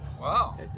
Wow